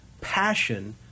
passion